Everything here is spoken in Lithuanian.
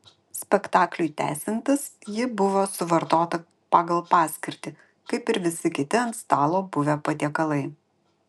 spektakliui tęsiantis ji buvo suvartota pagal paskirtį kaip ir visi kiti ant stalo buvę patiekalai